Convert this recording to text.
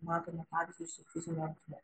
matome pavyzdį su fiziniu artumu